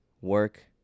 work